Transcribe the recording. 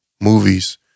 movies